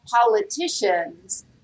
politicians